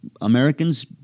Americans